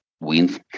wins